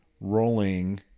rolling